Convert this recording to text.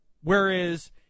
Whereas